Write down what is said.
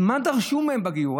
אז מה דרשו מהם בגיור?